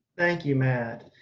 thank you, matt.